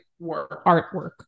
artwork